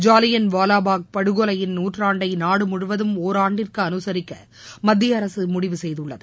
ஜாலியன் வாலாபாக் படுகொலையின் நூற்றாண்டை நாடு முழுவதும் ஒராண்டிற்கு அனுசரிக்க மத்திய அரசு முடிவு செய்துள்ளது